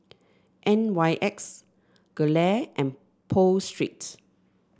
N Y X Gelare and Pho Street